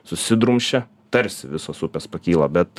susidrumsčia tarsi visos upės pakyla bet